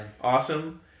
awesome